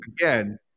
again